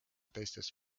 teistes